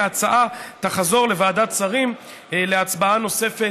וההצעה תחזור לוועדת שרים להצבעה נוספת,